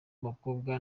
abakobwa